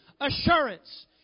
assurance